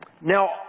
Now